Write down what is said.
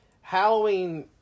Halloween